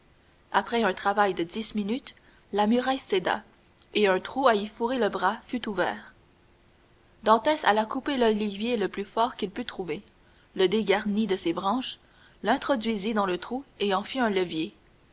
après un travail de dix minutes la muraille céda et un trou à y fourrer le bras fut ouvert dantès alla couper l'olivier le plus fort qu'il put trouver le dégarnit de ses branches l'introduisit dans le trou et en fit un levier